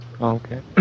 Okay